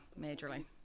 majorly